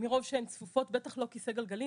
מרוב שהן צפופות בטח לא כיסא גלגלים.